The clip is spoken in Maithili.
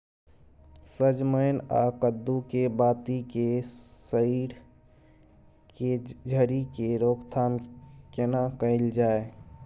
सजमैन आ कद्दू के बाती के सईर के झरि के रोकथाम केना कैल जाय?